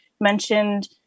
mentioned